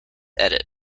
edit